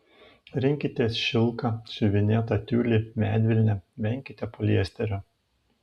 rinkitės šilką siuvinėtą tiulį medvilnę venkite poliesterio